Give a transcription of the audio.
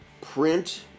print